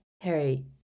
Harry